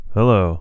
Hello